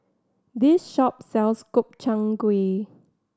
this shop sells Gobchang Gui